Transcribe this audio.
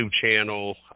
channel